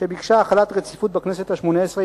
שביקשה החלת רציפות בכנסת השמונה-עשרה,